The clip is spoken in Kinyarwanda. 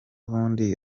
ubundi